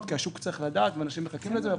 כי השוק צריך לדעת ואנשים מחכים לזה.